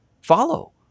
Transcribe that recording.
follow